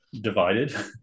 divided